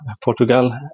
Portugal